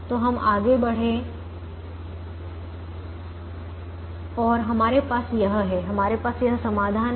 तो हम आगे बढ़े और हमारे पास यह है हमारे पास यह समाधान है